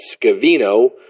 Scavino